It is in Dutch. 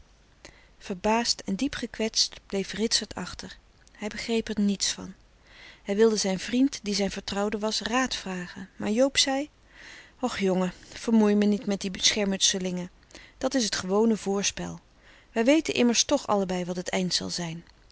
verbaasd en diep gekwetst bleef ritsert achter hij begreep er niets van hij wilde zijn vriend die zijn vertrouwde was raad vragen maar joob zei och jonge vermoei me niet met die schermutselingen dat is t gewone voorspel wij weten immers toch allebei wat het eind zal zijn